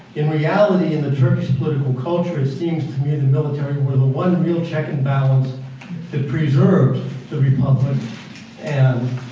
in reality, in the turkish political culture, it seems to me the military were the one real check and balance that preserved the republic and